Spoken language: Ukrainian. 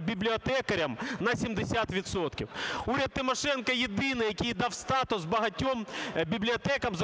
бібліотекарям на 70 відсотків. Уряд Тимошенко єдиний, який дав статус багатьом бібліотекам, зокрема